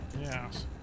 yes